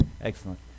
Excellent